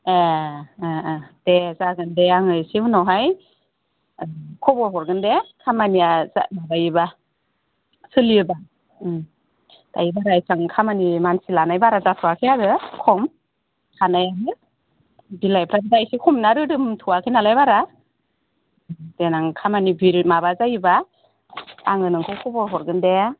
एह ए ए दे जागोन दे आं एसे उनावहाय खबर हरगोन दे खामानिया जायोबा सोलियोबा दायो बारा एसेबां खामानि मानसि बारा लानाय जाथ'वाखै आरो खम हानाय बिलाइफ्रानो दा एसे खम नालाय रोदोमथ'वाखै नालाय बारा देनां खामानि भिर माबा जायोबा आङो नोंखौ खबर हरगोन दे